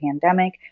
pandemic